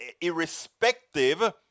irrespective